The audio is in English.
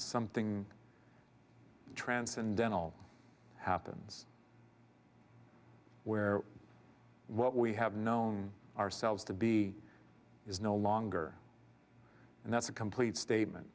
something transcendental happens where what we have known ourselves to be is no longer and that's a complete statement